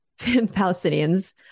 Palestinians